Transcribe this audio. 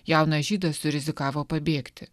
jaunas žydas surizikavo pabėgti